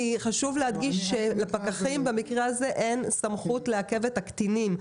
חשוב להדגיש שלפקחים במקרה הזה אין סמכות לעכב את הקטינים.